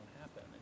happen